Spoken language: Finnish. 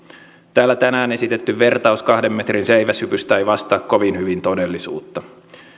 täällä tänään esitetty vertaus kahden metrin seiväshypystä ei vastaa kovin hyvin todellisuutta